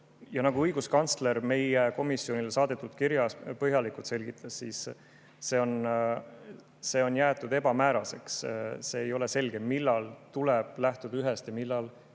Nagu õiguskantsler meie komisjonile saadetud kirjas põhjalikult selgitas, on see jäetud ebamääraseks. Ei ole selge, millal tuleb lähtuda ühest ja millal